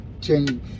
change